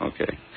okay